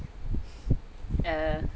err